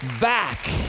back